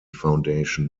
foundation